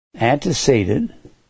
antecedent